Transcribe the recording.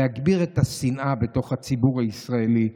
להגביר את השנאה בתוך הציבור הישראלי,